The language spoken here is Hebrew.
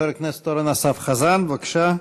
חבר הכנסת אורן אסף חזן, בבקשה,